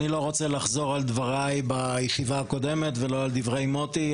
אני לא רוצה לחזור על דבריי בישיבה הקודמת ולא על דברי מוטי.